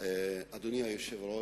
אדוני היושב-ראש,